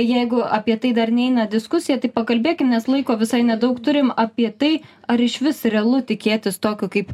jeigu apie tai dar neina diskusija tik pakalbėkim nes laiko visai nedaug turim apie tai ar išvis realu tikėtis tokio kaip